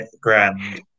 grand